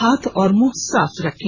हाथ और मुंह साफ रखें